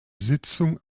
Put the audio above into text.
sitzung